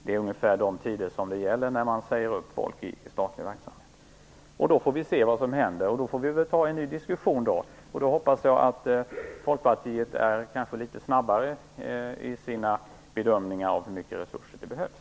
Det är ungefär de tider som gäller när man säger upp folk i statlig verksamhet. Då får vi se vad som händer. Vi får väl ta en ny diskussion i så fall. Då hoppas jag att Folkpartiet kanske är litet snabbare i sina bedömningar av hur mycket resurser som behövs.